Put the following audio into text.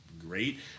great